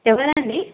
ఎవ్వరండి